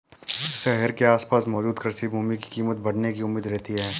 शहर के आसपास मौजूद कृषि भूमि की कीमत बढ़ने की उम्मीद रहती है